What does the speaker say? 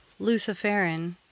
luciferin